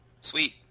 Sweet